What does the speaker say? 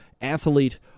Athlete